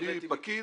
אני פקיד,